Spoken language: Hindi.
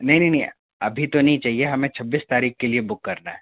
नहीं नहीं नहीं अभी तो नहीं चाहिए हमें छब्बीस तारीख के लिए बुक करना है